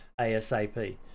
ASAP